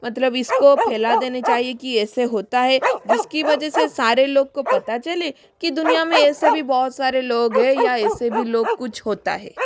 मतलब इसको फैला देना चाहिए कि ऐसे होता है जिसकी वजह से सारे लोगों को पता चले की दुनिया मे ऐसे भी बहुत सारे लोग है या ऐसे भी लोग कुछ होता है